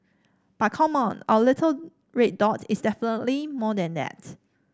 but come on our little red dot is definitely more than that